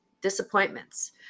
disappointments